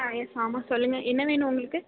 ஆ yes ஆமாம் சொல்லுங்கள் என்ன வேணும் உங்களுக்கு